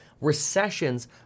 recessions